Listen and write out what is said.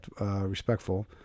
respectful